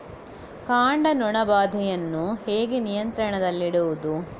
ಕಾಂಡ ನೊಣ ಬಾಧೆಯನ್ನು ಹೇಗೆ ನಿಯಂತ್ರಣದಲ್ಲಿಡುವುದು?